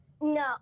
No